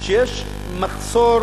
שיש מחסור